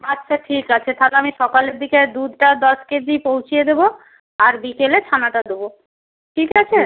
আচ্ছা ঠিক আছে তাহলে আমি সকালের দিকে দুধটা দশ কেজি পৌঁছিয়ে দেবো আর বিকেলে ছানাটা দেবো ঠিক আছে